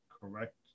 correct